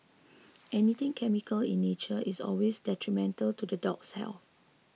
anything chemical in nature is always detrimental to the dog's health